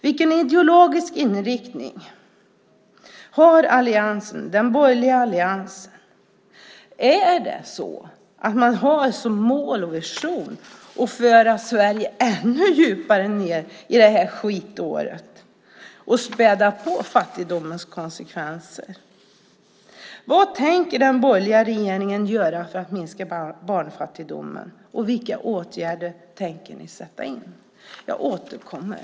Vilken ideologisk inriktning har den borgerliga alliansen? Är det så att man har som mål och vision att föra Sverige ännu djupare ned i det här skitåret och späda på fattigdomens konsekvenser? Vad tänker den borgerliga regeringen göra för att minska barnfattigdomen, och vilka åtgärder tänker den sätta in? Jag återkommer.